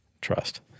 trust